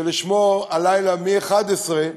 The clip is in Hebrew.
שלשמו הלילה, מ-23:00,